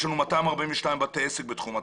יש לנו 242 בתי עסק בתחום התיירות.